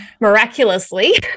miraculously